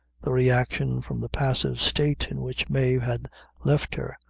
the reaction from the passive state in which mave had left her,